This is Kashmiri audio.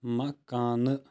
مکانہٕ